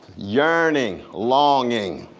yearning, longing,